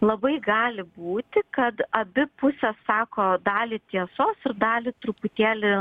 labai gali būti kad abi pusės sako dalį tiesos ir dalį truputėlį